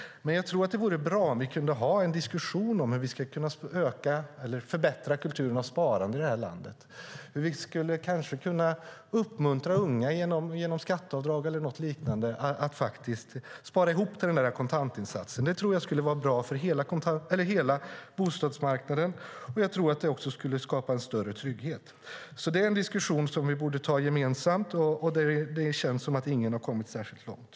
Men jag tror att det vore bra om vi kunde ha en diskussion om hur vi ska kunna förbättra sparandekulturen i det här landet. Vi skulle kanske kunna uppmuntra unga genom skatteavdrag eller något liknande att faktiskt spara ihop till kontantinsatsen. Det tror jag skulle vara bra för hela bostadsmarknaden, och jag tror att det skulle skapa en större trygghet. Det är en diskussion som vi borde ta gemensamt, och det känns som att ingen har kommit särskilt långt.